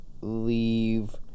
leave